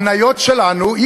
המניות שלנו,